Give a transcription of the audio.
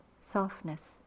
softness